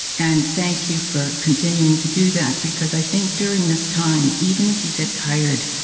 and thank you for continuing to do that, because i think during this time, even if you get tired,